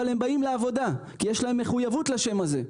אבל הם באים לעבודה כי יש להם מחויבות לשם הזה.